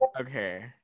Okay